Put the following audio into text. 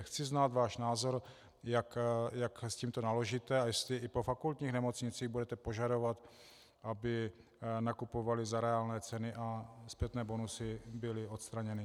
Chci znát váš názor, jak s tímto naložíte a jestli i po fakultních nemocnicích budete požadovat, aby nakupovaly za reálné ceny, a zpětné bonusy byly odstraněny.